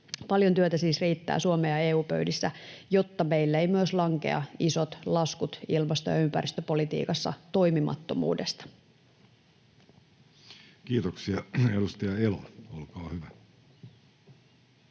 Paljon työtä siis riittää Suomen ja EU:n pöydissä, jotta meille ei myös lankea isoja laskuja ilmasto- ja ympäristöpolitiikassa toimimattomuudesta. Kiitoksia. — Edustaja Elo, olkaa hyvä.